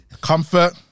Comfort